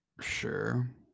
sure